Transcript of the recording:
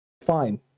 Fine